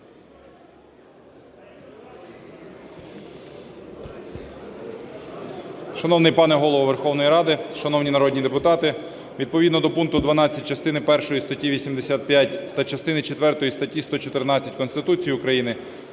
Шановний пане Голово Верховної Ради, шановні народні депутати! Відповідно до пункту 12 частини першої статті 85 та частини четвертої статті 114 Конституції України